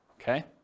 okay